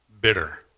bitter